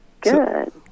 Good